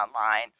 online